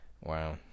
Wow